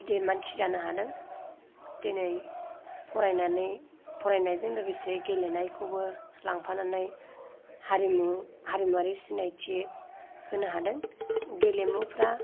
गिदिर मानसि जानो हादों दिनै फरायनानै फरायनायजों लोगोसे गेलेनायखौबो लांफानानै हारिमु हारिमुआरि सिनायथि होनो हादों गेलेमुफोरा